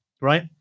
right